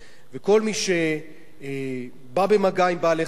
וכל מי שבא במגע עם בעלי-חיים,